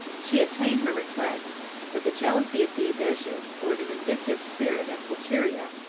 she obtained her request but the jealousy of theodosius, or the vindictive spirit of pulcheria,